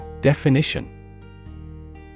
Definition